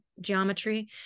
geometry